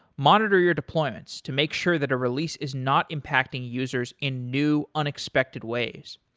monitor your deployments to make sure that a release is not impacting users in new unexpected ways.